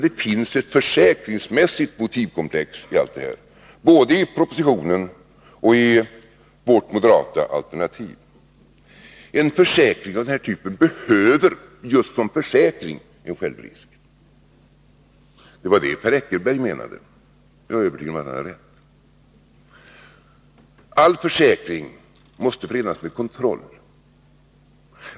Det finns nämligen, både i propositionen och i vårt moderata alternativ, också ett försäkringsmässigt motivkomplex. En försäkring av denna typ behöver, just som försäkring, en självrisk. Det var det Per Eckerberg menade, och jag är övertygad om att han har rätt. All försäkring måste förenas med kontroll.